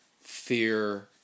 fear